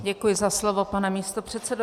Děkuji za slovo, pane místopředsedo.